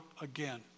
again